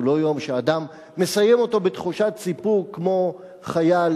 הוא לא יום שאדם מסיים אותו בתחושת סיפוק כמו חייל